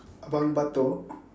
abang batuk